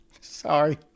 Sorry